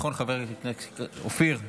אופיר,